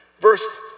verse